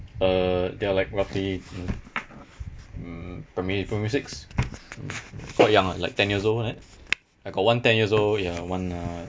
uh they're like roughly mm mm primary primary six quite young lah like ten years old like that I got one ten years old ya one uh